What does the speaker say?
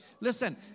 Listen